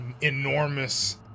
enormous